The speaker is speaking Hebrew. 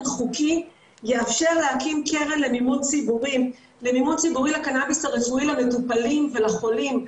חוקי יאפשר להקים קרן במימון ציבורי לקנאביס הרפואי למטופלים ולחולים.